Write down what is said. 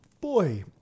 boy